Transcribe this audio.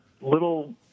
little